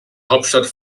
hauptstadt